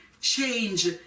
change